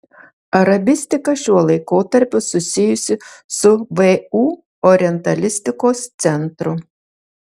arabistika šiuo laikotarpiu susijusi su vu orientalistikos centru